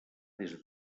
des